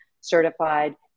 certified